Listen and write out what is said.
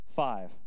five